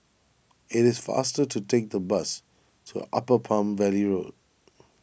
it is faster to take the bus to Upper Palm Valley Road